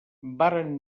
varen